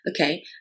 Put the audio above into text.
okay